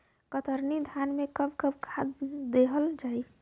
कतरनी धान में कब कब खाद दहल जाई?